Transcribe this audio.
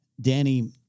Danny